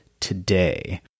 today